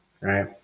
right